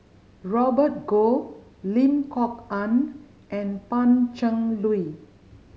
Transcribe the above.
Robert Goh Lim Kok Ann and Pan Cheng Lui